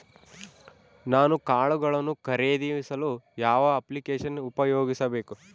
ನಾನು ಕಾಳುಗಳನ್ನು ಖರೇದಿಸಲು ಯಾವ ಅಪ್ಲಿಕೇಶನ್ ಉಪಯೋಗಿಸಬೇಕು?